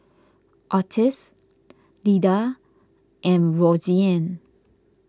Ottis Lyda and Roseanne